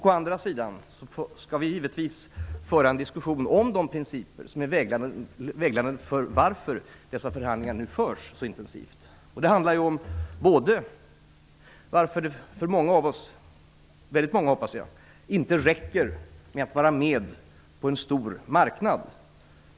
Å andra sidan skall vi givetvis föra en diskussion om de principer som är vägledande för varför dessa förhandlingar nu förs så intensivt. För väldigt många av oss -- hoppas jag -- räcker det inte med att vara med på en stor marknad.